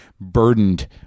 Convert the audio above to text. burdened